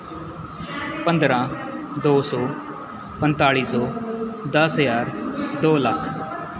ਪੰਦਰਾਂ ਦੋ ਸੌ ਪੰਤਾਲ਼ੀ ਸੌ ਦਸ ਹਜ਼ਾਰ ਦੋ ਲੱਖ